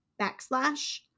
backslash